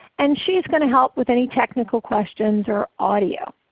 and she's going to help with any technical questions or audio.